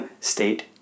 state